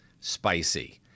spicy